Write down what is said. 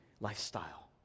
lifestyle